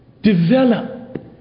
develop